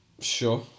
Sure